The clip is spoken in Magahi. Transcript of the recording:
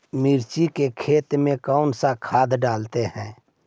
मिर्ची के खेत में कौन सा खाद डालते हैं?